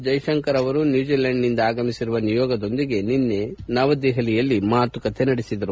ಜೈಶಂಕರ್ ಅವರು ನ್ಯೂಜಿಲೆಂಡ್ನಿಂದ ಆಗಮಿಸಿರುವ ನಿಯೋಗದೊಂದಿಗೆ ನಿನ್ನೆ ನವದೆಹಲಿಯಲ್ಲಿ ಮಾತುಕತೆ ನಡೆಸಿದರು